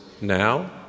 now